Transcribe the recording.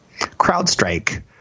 CrowdStrike